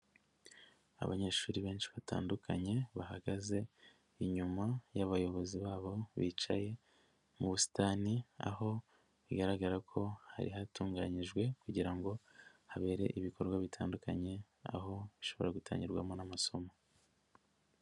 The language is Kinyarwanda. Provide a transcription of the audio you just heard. Abanyeshuri benshi batandukanye bahagaze inyuma y'abayobozi babo bicaye mu busitani aho bigaragara ko hari hatunganyijwe kugira ngo habere ibikorwa bitandukanye aho hashobora gutangirwamo n'amasomo.